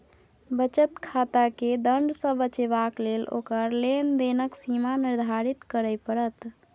बचत खाताकेँ दण्ड सँ बचेबाक लेल ओकर लेन देनक सीमा निर्धारित करय पड़त